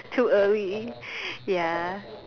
too early ya